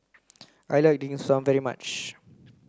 I like dim sum very much